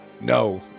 No